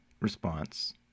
response